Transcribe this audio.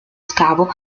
scavo